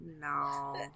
No